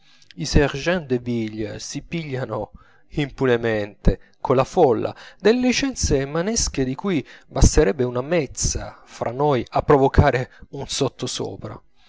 i sergents de ville si pigliano impunemente colla folla delle licenze manesche di cui basterebbe una mezza fra noi a provocare un sottosopra